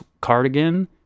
cardigan